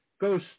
goes